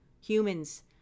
Humans